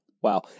Wow